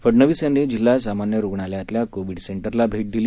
फडनवीस यांनी जिल्हा सामान्य रुग्णालयातल्या कोविड सेंटरला भेट दिली